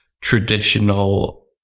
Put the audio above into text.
traditional